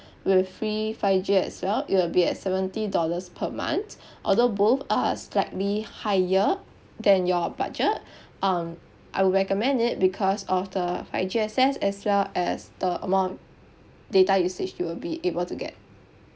with free five G as well it will be at seventy dollars per month although both are slightly higher than your budget um I would recommend it because of the five G access as well as the amount of data usage you will be able to get